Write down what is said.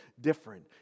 different